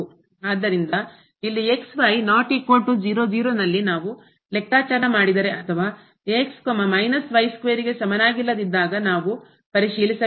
ಆದ್ದರಿಂದ ಇಲ್ಲಿ ನಲ್ಲಿ ನಾವು ಲೆಕ್ಕಾಚಾರ ಮಾಡಿದರೆ ಅಥವಾ ಗೆ ಸಮನಾಗಿಲ್ಲದಿದ್ದಾಗ ನಾವು ಪರಿಶೀಲಿಸಬೇಕು